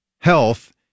health